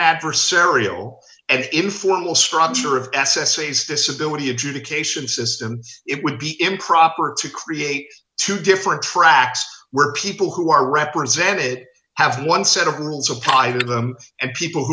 adversarial and informal structure of s s a these disability adjudication system it would be improper to create two different tracks where people who are represented have one set of rules apply to them and people who